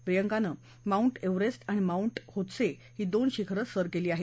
प्रियंकाने mount Everest आणि mount Lhotse ही दोन शिखरं सर केली आहेत